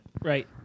Right